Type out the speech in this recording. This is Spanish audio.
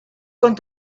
con